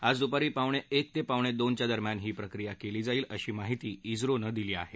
आज दुपारी पावणेएक ते पाणेदोनच्या दरम्यान ही प्रक्रिया केली जाईल अशी माहिती इस्लोनं दिली आहे